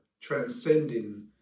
transcending